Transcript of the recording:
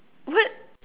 what